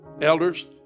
Elders